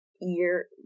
year